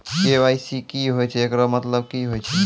KYC की होय छै, एकरो मतलब की होय छै?